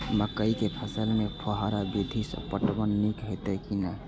मकई के फसल में फुहारा विधि स पटवन नीक हेतै की नै?